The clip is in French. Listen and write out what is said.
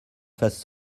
fasse